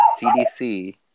CDC